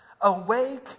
Awake